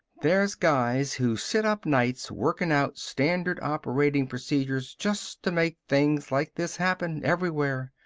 there's guys who sit up nights workin' out standard operational procedures just to make things like this happen, everywhere.